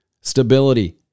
Stability